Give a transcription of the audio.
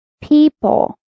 people